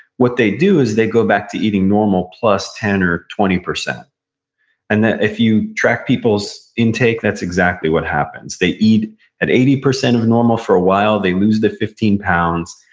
what they do is they go back to eating normal, plus ten or twenty percent and then if you track people's intake, that's exactly what happens. they eat at eighty percent of normal for a while, they lose the fifteen pounds,